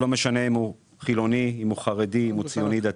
לא משנה אם הוא חילוני, חרדי או ציוני דתי.